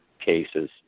cases